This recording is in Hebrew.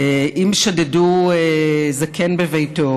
אם שדדו זקן בביתו,